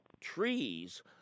trees